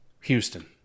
Houston